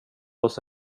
los